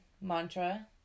mantra